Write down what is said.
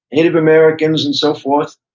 native americans, and so forth.